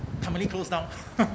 company closed down